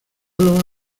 los